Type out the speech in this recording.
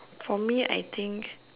for me I think